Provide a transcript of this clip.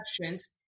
questions